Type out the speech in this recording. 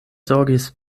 zorgis